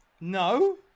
No